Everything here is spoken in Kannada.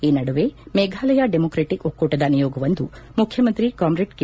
ಈ ನಡುವೆ ಮೇಘಾಲಯ ಡೆಮೋಕ್ರೇಟಕ್ ಒಕ್ಕೂಟದ ನಿಯೋಗವೊಂದು ಮುಖ್ಯಮಂತ್ರಿ ಕಾಮ್ರೆಡ್ ಕೆ